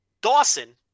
Dawson